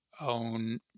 own